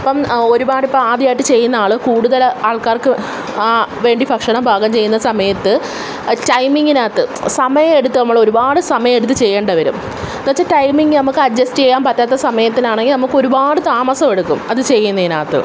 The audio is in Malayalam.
അപ്പം ഒരുപാട് ഇപ്പം ആദ്യമായിട്ട് ചെയ്യുന്ന ആൾ കൂടുതൽ ആൾക്കാർക്ക് ആ വേണ്ടി ഭക്ഷണം പാകം ചെയ്യുന്ന സമയത്ത് ടൈമിങ്ങിനകത്ത് സമയമെടുത്ത് നമ്മളൊരുപാട് സമയമെടുത്ത് ചെയ്യേണ്ടിവരും എന്ന് വെച്ചാൽ ടൈമിംഗ് നമുക്കഡ്ജസ്റ്റ ചെയ്യാൻ പറ്റാത്ത സമയത്തിനാണെങ്കിൽ നമുക്കൊരുപാട് താമസം എടുക്കും അത് ചെയ്യുന്നതിനകത്ത്